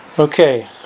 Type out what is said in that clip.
Okay